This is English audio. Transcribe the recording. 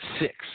Six